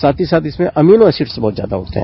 साथ ही साथ इसमें अमिनो एसिट्स बहुत ज्यादा होते है